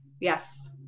Yes